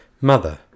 Mother